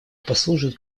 послужат